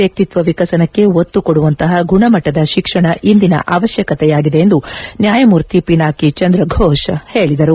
ವ್ಯಕ್ತಿತ್ವ ವಿಕಸನಕ್ಕೆ ಒತ್ತು ಕೊಡುವಂತಪ ಗುಣಮಟ್ಟದ ಶಿಕ್ಷಣ ಇಂದಿನ ಅವಶ್ಯಕತೆಯಾಗಿದೆ ಎಂದು ನ್ಯಾಯಮೂರ್ತಿ ಪಿನಾಕಿ ಚಂದ್ರಘೋಷ್ ಹೇಳದರು